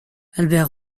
albert